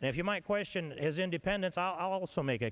and if you might question as independents i'll also make